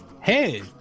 Hey